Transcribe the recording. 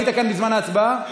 היית כאן בזמן ההצבעה?